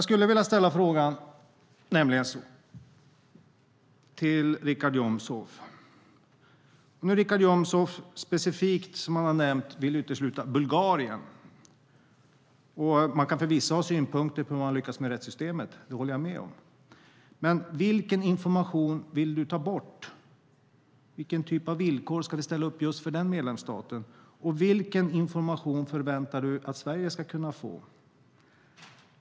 Richard Jomshof vill specifikt utesluta Bulgarien. Man kan förvisso ha synpunkter på hur de har lyckats med rättssystemet, men vilken information vill du ta bort, Richard Jomshof? Vilken typ av villkor ska vi ställa upp för just den medlemsstaten? Vilken information förväntar du dig att Sverige ska kunna få?